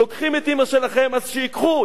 לוקחים את אמא שלכם, אז שייקחו.